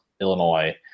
Illinois